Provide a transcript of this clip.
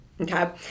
okay